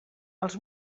els